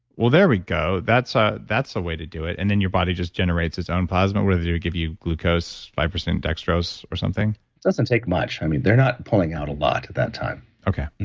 well, there we go. that's ah that's a way to do it, and then your body just generates its own plasma where they would give you glucose, five percent dextrose or something it doesn't take much. i mean, they're not pulling out a lot at that time okay.